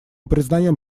признаем